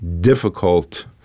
difficult